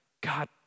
God